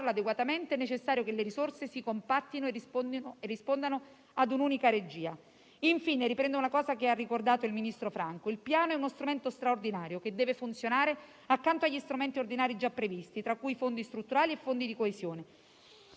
adeguatamente è necessario che le risorse si compattino e rispondano a un'unica regia. Infine, riprendo una cosa che ha ricordato il ministro Franco. Il Piano è uno strumento straordinario che deve funzionare accanto agli strumenti ordinari già previsti, tra cui fondi strutturali e fondi di coesione.